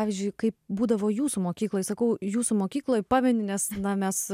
pavyzdžiui kaip būdavo jūsų mokykloje sakau jūsų mokykloje pameni nes na mes